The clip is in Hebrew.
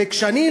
וכשאני,